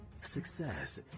success